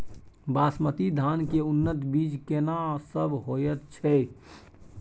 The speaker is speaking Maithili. बासमती धान के उन्नत बीज केना सब होयत छै?